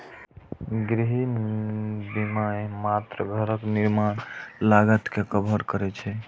गृह बीमा मात्र घरक निर्माण लागत कें कवर करै छै